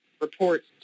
reports